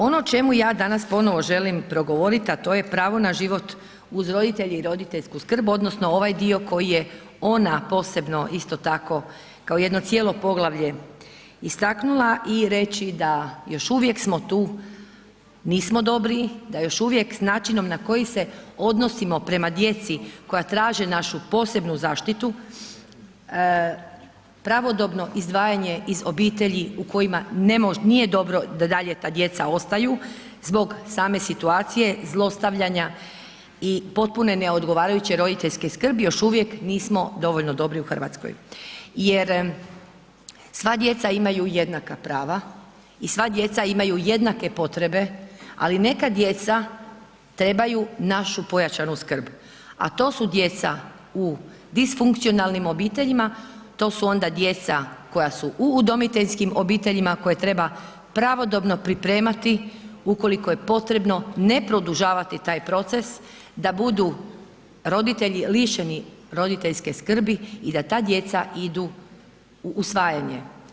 Ono o čemu ja danas ponovno želim progovorit a to je pravo na život uz roditelje i roditeljsku skrb odnosno ovaj dio koji je ona posebno isto tako kao jedno cijelo poglavlje istaknula i reći da još uvijek smo tu, nismo dobro, da još uvijek s načinom na koji se odnosimo prema djeci koja traže našu posebnu zaštitu, pravodobno izdvajanje iz obitelji u kojima nije dobro da dalje ta djeca ostaju, zbog same situacije zlostavljanje i potpune neodgovarajuće roditeljske skrbi, još uvijek nismo dovoljno dobri u Hrvatskoj jer sva djeca imaju jednaka prava i sva djeca imaju jednake potrebe ali neka djeca trebaju našu pojačanu skrb a to su djeca u disfunkcionalnim obiteljima, to su onda djeca koja su u udomiteljskim obiteljima, koje treba pravodobno pripremati ukoliko je potrebno ne produžavati taj proces da budu roditelji lišeni roditeljske skrbi i da ta djeca idu u usvajanje.